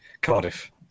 Cardiff